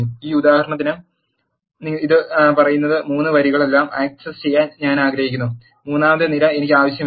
ഈ ഉദാഹരണത്തിൽ ഇത് പറയുന്നത് 3 വരികളെല്ലാം ആക്സസ് ചെയ്യാൻ ഞാൻ ആഗ്രഹിക്കുന്നു മൂന്നാമത്തെ നിര എനിക്ക് ആവശ്യമില്ല